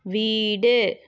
வீடு